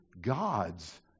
God's